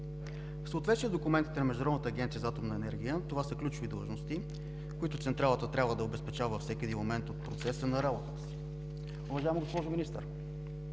В съответствие с документите на Международната агенция за атомна енергия това са ключови длъжности, които Централата трябва да обезпечава всеки един момент от процеса на работа. Уважаема госпожо Министър,